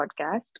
podcast